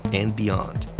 and beyond.